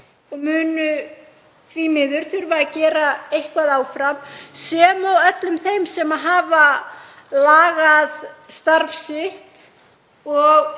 og munu, því miður, þurfa að gera það eitthvað áfram sem og öllum þeim sem hafa lagað starf sitt